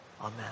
Amen